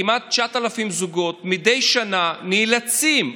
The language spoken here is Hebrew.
כמעט 9,000 זוגות מדי שנה נאלצים,